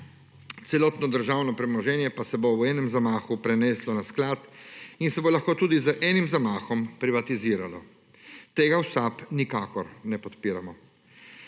Celotno državno premoženje pa se bo v enem zamahu preneslo na sklad in se bo lahko tudi z enim zamahom privatiziralo. Tega v SAB nikakor ne podpiramo.